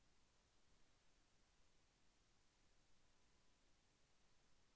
పప్పుధాన్యాలు పెరగడానికి ఇది ఉత్తమమైన నేల